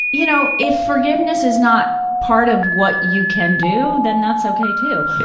you know, if forgiveness is not part of what you can do, then that's okay, too.